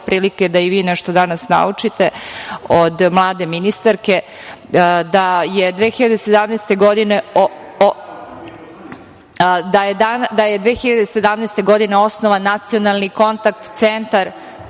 prilike da i vi nešto danas naučite od mlade ministarke, da je 2017. godine osnovan Nacionalni kontakt